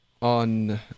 on